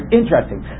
interesting